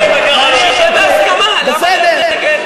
בסדר.